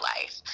life